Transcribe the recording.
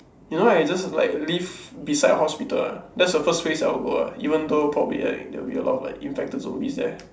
you know right I just like live beside a hospital that's the first place I will go ah even though probably like there will be a lot of like infected zombies there